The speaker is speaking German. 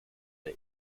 der